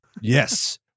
yes